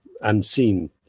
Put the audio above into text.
unseen